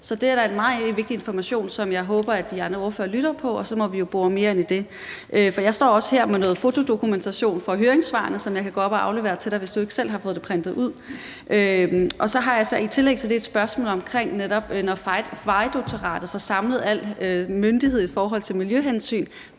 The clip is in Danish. Så det er da en meget vigtig information, som jeg håber at de andre ordførere lytter til, og så må vi jo bore mere i det. For jeg står også her med noget fotodokumentation fra høringssvarene, som jeg kan gå op og aflevere til dig, hvis du ikke selv har fået det printet ud. I tillæg til det har jeg så et spørgsmål netop omkring, hvordan I, når Vejdirektoratet får samlet al myndighed i forhold til miljøhensyn,